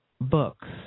books